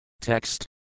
Text